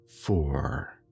four